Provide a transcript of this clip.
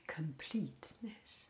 completeness